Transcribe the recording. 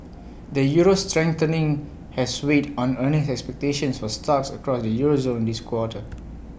the euro's strengthening has weighed on earnings expectations for stocks across the euro zone this quarter